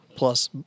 Plus